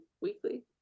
weekly